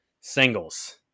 singles